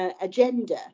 agenda